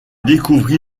découvrit